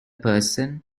person